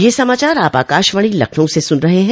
ब्रे क यह समाचार आप आकाशवाणी लखनऊ से सून रहे हैं